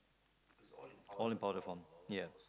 all in powder form ya